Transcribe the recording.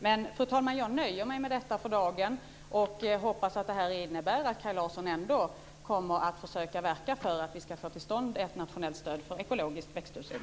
Men, fru talman, jag nöjer mig med detta för dagen och hoppas att det här innebär att Kaj Larsson ändå kommer att försöka verka för att vi ska få till stånd ett nationellt stöd för ekologisk växthusodling.